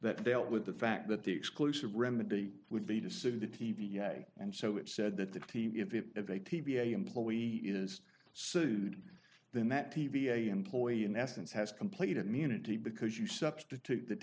that dealt with the fact that the exclusive remedy would be to sue the t v s and so it said that that if it if they t b a employee is sued then that the v a employee in essence has complete immunity because you substitute the